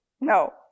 No